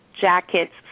jackets